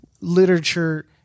literature